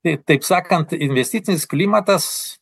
tai taip sakant investicinis klimatas